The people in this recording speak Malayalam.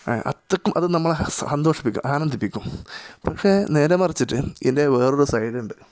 അത്രയ്ക്കും അത് നമ്മളെ സന്തോഷിപ്പിക്കും ആനന്ദിപ്പിക്കും പക്ഷേ നേരെ മറിച്ചിട്ട് ഇതിൻ്റെ വേറൊരു സൈഡ് ഉണ്ട്